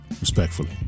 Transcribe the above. respectfully